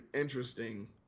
interesting